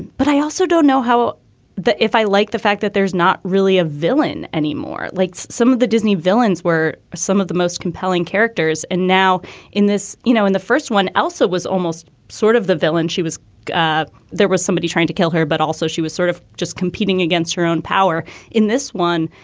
but i also don't know how if i like the fact that there's not really a villain anymore, like some of the disney villains were some of the most compelling characters. and now in this, you know, in the first one, elsa was almost sort of the villain she was ah there was somebody trying to kill her. but also she was sort of just competing against her own power in this one.